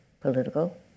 political